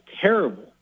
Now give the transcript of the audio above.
terrible